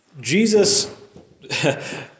Jesus